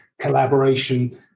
collaboration